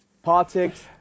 Politics